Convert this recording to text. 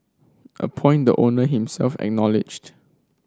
a point the owner himself acknowledged